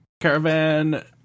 Caravan